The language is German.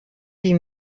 die